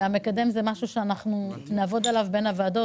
אני מבינה שהמקדם זה משהו שאנחנו נעבוד עליו בין הוועדות